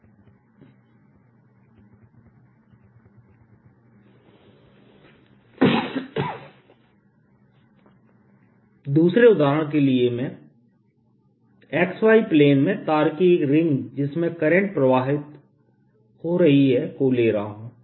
Bx 02πxIz दूसरे उदाहरण के लिए मैं x y प्लेन में तार की एक रिंग जिसमें करंट प्रवाहित हो रही है को ले रहा हूं